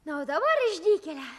na o dabar išdykėle